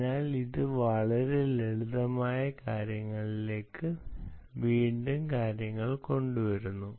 അതിനാൽ ഇത് ഞങ്ങളെ വളരെ ലളിതമായ കാര്യങ്ങളിലേക്ക് വീണ്ടും കൊണ്ടുവരുന്നു